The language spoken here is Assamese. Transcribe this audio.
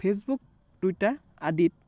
ফেচবুক টুইটাৰ আদিত